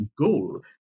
goal